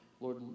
Lord